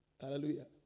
Hallelujah